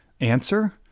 Answer